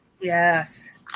Yes